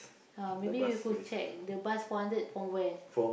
ah maybe you could check the bus four hundred from where